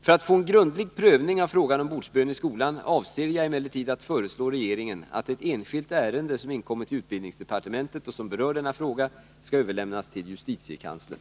För att få en grundlig prövning av frågan om bordsbön i skolan avser jag emellertid att föreslå regeringen att ett enskilt ärende, som inkommit till utbildningsdepartementet och som berör denna fråga, skall överlämnas till justitiekanslern.